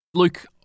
Luke